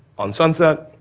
on sunset,